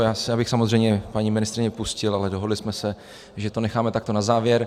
Já bych samozřejmě paní ministryni pustil, ale dohodli jsme se, že to necháme takto na závěr.